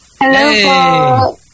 Hello